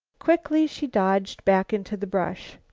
quickly she dodged back into the brush.